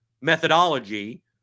methodology